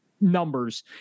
numbers